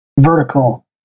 vertical